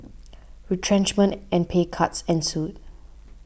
retrenchment and pay cuts ensued